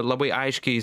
labai aiškiai